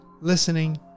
listening